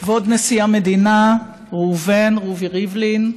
כבוד נשיא המדינה ראובן רובי ריבלין,